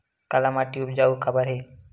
काला माटी उपजाऊ काबर हे?